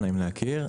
שלום, נעים להכיר.